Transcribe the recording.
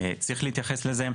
צריך להתייחס לזה.